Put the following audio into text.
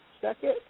second